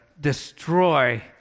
destroy